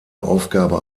aufgabe